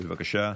בבקשה.